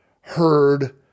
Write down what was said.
heard